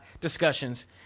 discussions